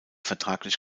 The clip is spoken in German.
vertraglich